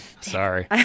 sorry